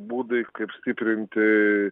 būdai kaip stiprinti